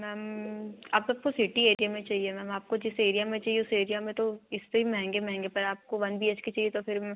ma'am आपको तो city area में चाहिए मैम आपको जिस एरिया में चाहिए उस एरिया में तो इससे भी महेंगे महेंगे पर आपको वन बी एच के चाहिए तो फिर